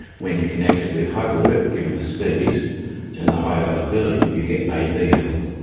when you connect it with hyperloop, given the speed and the high availability, you get ab-ville.